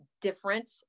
different